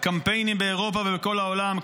הקמפיינים באירופה ובכל העולם,